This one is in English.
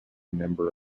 member